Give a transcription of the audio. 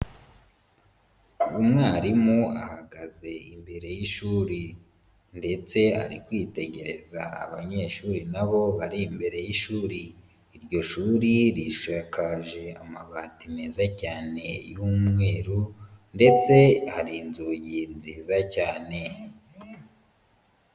Umwarimu ahagaze imbere y'ishuri ndetse ari kwitegereza abanyeshuri na bo bari imbere y'ishuri. Iryo shuri risakaje amabati meza cyane y'umweru ndetse hari inzugi nziza cyane.